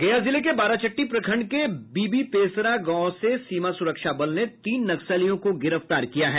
गया जिले के बाराचट्टी प्रखंड के बीबीपेसरा गांव से सीमा सुरक्षा बल ने तीन नक्सलियों को गिरफ्तार किया है